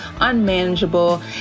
unmanageable